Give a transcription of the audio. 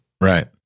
Right